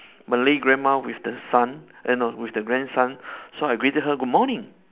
malay grandma with the son eh no with the grandson so I greeted her good morning